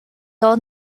old